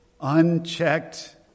unchecked